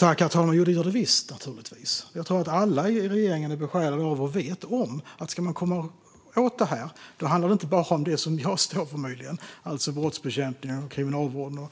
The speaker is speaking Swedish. Herr talman! Det gör det visst, naturligtvis. Jag tror att alla i regeringen är besjälade av och vet om att om man ska komma åt detta handlar det inte bara om det som jag möjligen står för, våldsbekämpningen, Kriminalvården,